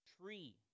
tree